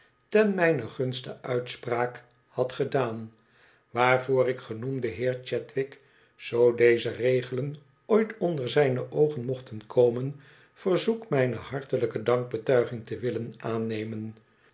ten mijnen gunste uitspraak had gedaan waarvoor ik genoemden heer chadwick zoo deze regelen ooit on deizijne oogen mochten komen verzoek mijne hartelijke dankbetuiging te willen aannemen